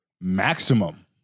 maximum